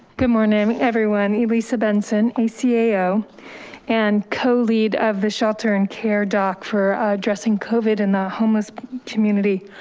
good morning everyone. ellisa benson, acao, and co lead of the shelter and care doc for addressing covid in the homeless community.